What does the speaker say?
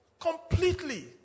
Completely